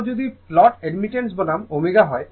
সুতরাং যদি plot admittance বনাম ω হয়